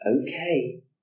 okay